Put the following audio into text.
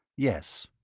yes.